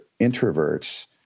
introverts